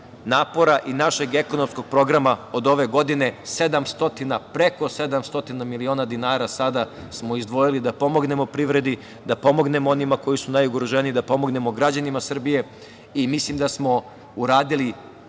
napora i našeg ekonomskog programa od ove godine – preko 700 miliona dinara smo izdvojili da pomognemo privredi, da pomognemo onima koji su najugroženiji, da pomognemo građanima Srbije. Mislim da smo uradili